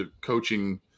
coaching